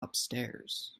upstairs